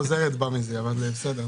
הצבעה בעד, פה אחד התקנות אושרו.